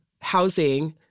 housing